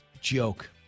joke